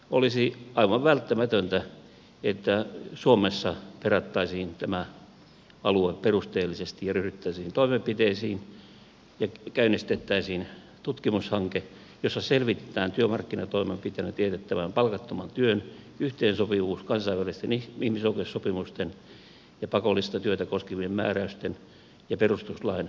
olisi aivan välttämätöntä että suomessa perattaisiin tämä alue perusteellisesti ja ryhdyttäisiin toimenpiteisiin ja käynnistettäisiin tutkimushanke jossa selvitetään työmarkkinatoimenpiteenä teetettävän palkattoman työn yhteensopivuus kansainvälisten ihmisoikeussopimusten ja pakollista työtä koskevien määräysten ja perustuslain kanssa